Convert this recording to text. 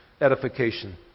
edification